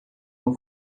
uma